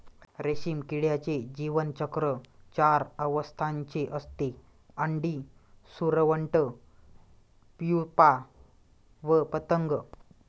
रेशीम किड्याचे जीवनचक्र चार अवस्थांचे असते, अंडी, सुरवंट, प्युपा व पतंग